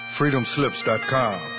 freedomslips.com